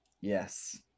Yes